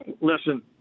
Listen